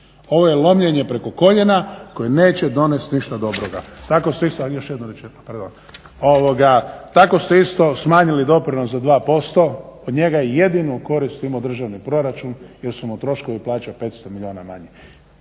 Ovo je lomljenje preko koljena koje neće donest ništa dobroga. Tako se isto smanjili doprinos za dva posto. Od njega jedino korist ima državni proračun jer su mu troškovi plaća 500 milijuna manje.